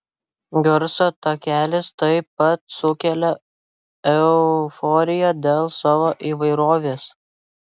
garso takelis taip pat sukelia euforiją dėl savo įvairovės